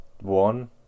one